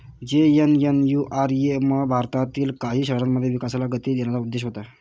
JNNURM भारतातील काही शहरांमध्ये विकासाला गती देण्याचा उद्देश होता